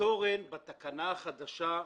התקנה החדשה,